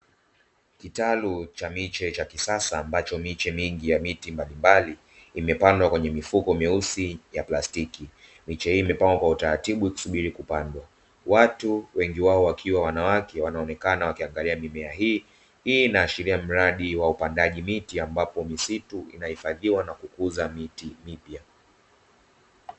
Kitalu cha miche cha kisasa ambacho miche mingi ya miti mbalimbali imepandwa kwenye mifuko meusi ya plastiki, miche hii imepandwa kwa utaratibu, watu wengi wao wakiwa wanawake wanaonekana wakiangalia mimea hii, hii inaashiria mradi wa upandaji miti ambapo misitu inahifadhiwa na kukuza miti hiyo.